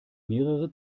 mehrere